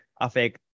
affect